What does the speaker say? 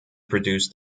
produced